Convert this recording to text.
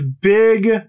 big